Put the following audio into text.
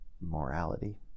morality